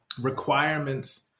requirements